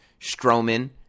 Strowman